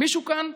מישהו כאן,